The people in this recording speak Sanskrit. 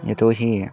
यतो हि